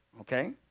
Okay